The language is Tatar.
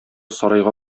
сарайга